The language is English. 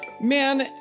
man